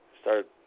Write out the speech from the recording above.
start